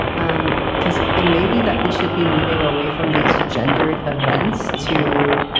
um because it may be that we should be moving away from these gendered events to.